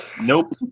Nope